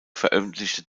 veröffentlichen